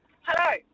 Hello